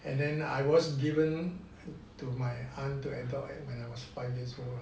and then I was given to my aunt to adopt when I was five years old lah